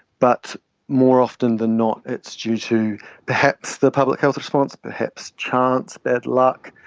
but more often than not it's due to perhaps the public health response, perhaps chance, bad luck,